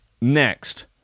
Next